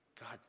God